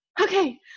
okay